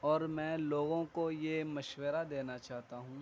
اور میں لوگوں کو یہ مشورہ دینا چاہتا ہوں